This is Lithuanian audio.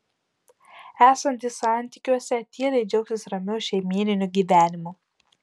esantys santykiuose tyliai džiaugsis ramiu šeimyniniu gyvenimu